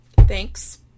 Thanks